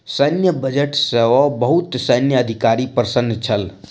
सैन्य बजट सॅ बहुत सैन्य अधिकारी प्रसन्न छल